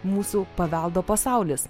mūsų paveldo pasaulis